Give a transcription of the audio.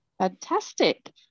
Fantastic